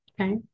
okay